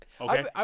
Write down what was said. Okay